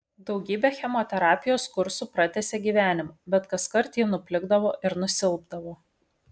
daugybė chemoterapijos kursų pratęsė gyvenimą bet kaskart ji nuplikdavo ir nusilpdavo